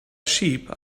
sheep